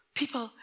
people